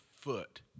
foot